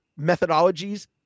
methodologies